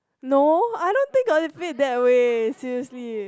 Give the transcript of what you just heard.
no I don't think of it that way seriously